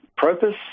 Propus